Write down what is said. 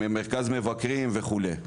ממרכז מבקרים וכו'.